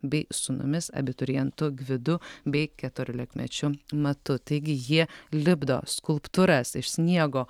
bei sūnumis abiturientu gvidu bei keturiolikmečiu matu taigi jie lipdo skulptūras iš sniego